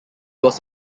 was